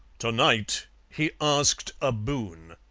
to-night he asked a boon.